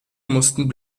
mussten